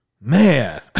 man